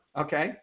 Okay